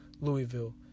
Louisville